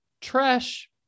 trash